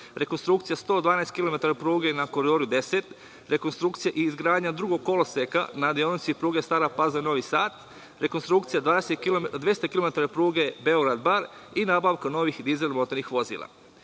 rekonstrukcija 112 kilometara pruge na Koridoru 10, rekonstrukcija i izgradnja drugog koloseka na deonici pruge Stara Pazova – Novi Sad, rekonstrukcija 200 kilometara pruge Beograd – Bar i nabavka novih dizel motornih vozila. Takođe,